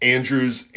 Andrew's